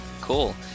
cool